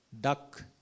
duck